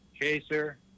Chaser